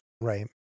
Right